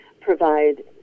provide